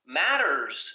matters